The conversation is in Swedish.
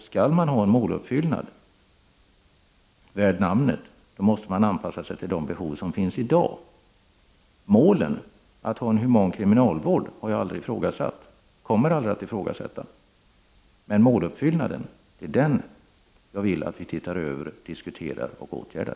Skall man ha en måluppfyllnad värd namnet, måste man anpassa sig till de behov som finns i dag. Målet att ha en human kriminalvård har jag aldrig ifrågasatt och kommer jag aldrig att ifrågasätta. Men det är måluppfyllnaden jag vill att vi ser över, diskuterar och åtgärdar.